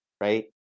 right